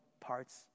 parts